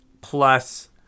plus